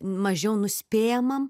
mažiau nuspėjamam